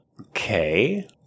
Okay